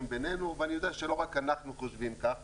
בינינו ואני יודע שלא רק אנחנו חושבים כך